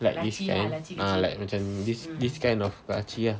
like this kind ah like macam this this kind of laci ah